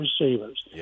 receivers